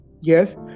Yes